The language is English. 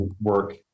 work